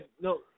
no